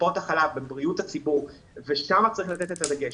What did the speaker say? בטיפות החלב, בבריאות הציבור, ושם צריך לתת דגש.